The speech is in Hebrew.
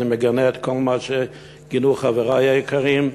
אני מגנה כל מה שגינו חברי היקרים.